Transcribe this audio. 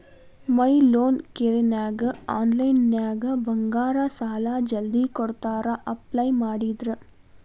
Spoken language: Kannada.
ಮೈ ಲೋನ್ ಕೇರನ್ಯಾಗ ಆನ್ಲೈನ್ನ್ಯಾಗ ಬಂಗಾರ ಸಾಲಾ ಜಲ್ದಿ ಕೊಡ್ತಾರಾ ಅಪ್ಲೈ ಮಾಡಿದ್ರ